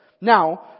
Now